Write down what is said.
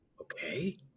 Okay